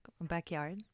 backyard